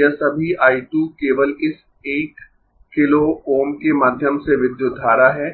यह सभी I 2 केवल इस 1 किलो Ω के माध्यम से विद्युत धारा है